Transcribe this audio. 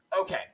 Okay